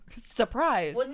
surprise